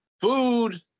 food